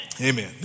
Amen